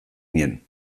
nien